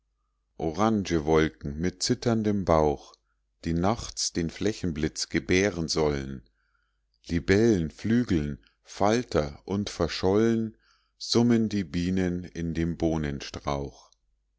orangewolken mit zitterndem bauch die nachts den flächenblitz gebären sollen libellen flügeln falter und verschollen summen die bienen in dem